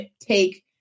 take